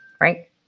right